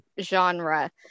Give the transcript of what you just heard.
genre